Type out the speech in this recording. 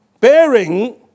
bearing